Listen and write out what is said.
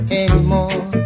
anymore